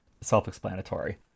self-explanatory